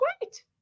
great